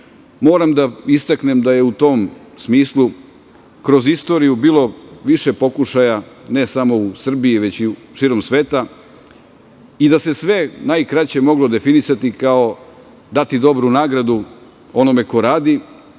posao. Moram da istaknem da je u tom smislu kroz istoriju bilo više pokušaja, ne samo u Srbiji već i širom sveta i da se sve najkraće moglo definisati kao – dati dobru nagradu onome ko radi,